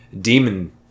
Demon